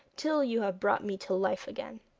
till you have brought me to life again